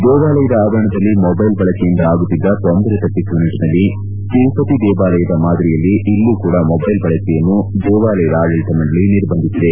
ದೇವಾಲಯದ ಆವರಣದಲ್ಲಿ ಮೊದೈಲ್ ಬಳಕೆಯಿಂದ ಆಗುತ್ತಿದ್ದ ತೊಂದರೆ ತಪ್ಪಿಸುವ ನಿಟ್ಟನಲ್ಲಿ ತಿರುಪತಿ ದೇವಾಲಯದ ಮಾದರಿಯಲ್ಲಿ ಇಲ್ಲೂ ಕೂಡಾ ಮೊಬೈಲ್ ಬಳಕೆಯನ್ನು ದೇವಾಲಯದ ಆಡಳಿತ ಮಂಡಳಿ ನಿರ್ಬಂಧಿಸಿದೆ